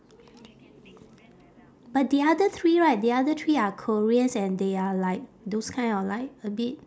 but the other three right the other three are koreans and they are like those kind of like a bit